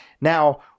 now